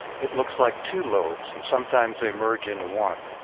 it looks like two lobes and sometimes they merge into one.